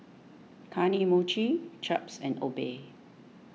Kane Mochi Chaps and Obey